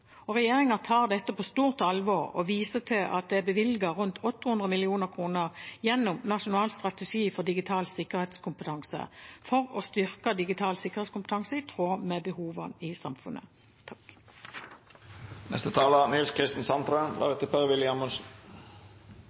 tar dette på stort alvor og viser til at det er bevilget rundt 800 mill. kr gjennom Nasjonal strategi for digital sikkerhetskompetanse for å styrke digital sikkerhetskompetanse i tråd med behovene i samfunnet.